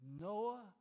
Noah